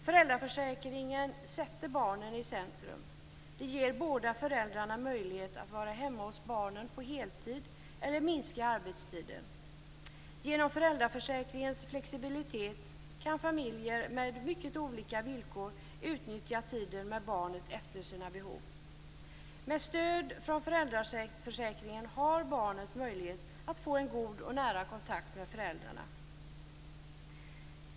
Föräldraförsäkringen sätter barnen i centrum. Den ger båda föräldrarna möjlighet att vara hemma hos barnen på heltid eller minska arbetstiden. Genom föräldraförsäkringens flexibilitet kan familjer med mycket olika villkor utnyttja tiden med barnen efter sina behov. Med stöd från föräldraförsäkringen har barnen möjligheter att få en god och nära kontakt med föräldrarna.